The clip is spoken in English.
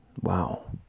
Wow